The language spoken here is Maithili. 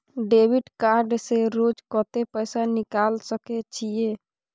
डेबिट कार्ड से रोज कत्ते पैसा निकाल सके छिये?